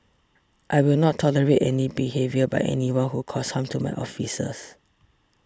I will not tolerate any behaviour by anyone who causes harm to my officers